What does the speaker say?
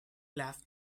left